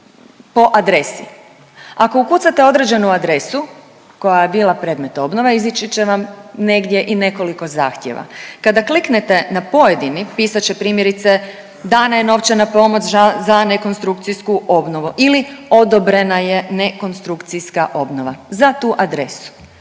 po adresi, ako ukucate određenu adresu koja je bila predmet obnove izići će vam negdje i nekoliko zahtjeva, kada kliknete na pojedini pisat će primjerice dana je novčana pomoć za nekonstrukciju obnovu ili odobrena je nekonstrukcijska obnova za tu adresu,